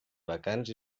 vacants